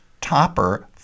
topper